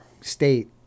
State